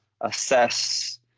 assess